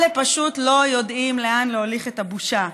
אלה פשוט לא יודעים לאן להוליך את הבושה.